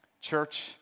Church